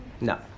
No